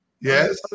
Yes